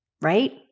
Right